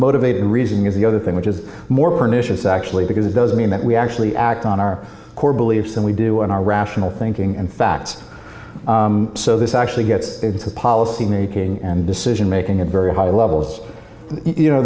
motivated reasoning is the other thing which is more pernicious actually because it does mean that we actually act on our core beliefs and we do in our rational thinking and facts so this actually gets policy making and decision making at very high levels you know